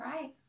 Right